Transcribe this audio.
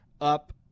up